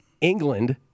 England